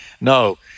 No